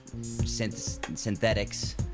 synthetics